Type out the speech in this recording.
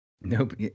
Nope